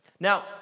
Now